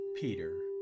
Peter